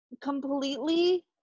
completely